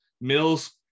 Mills